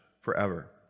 forever